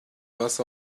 was